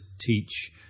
teach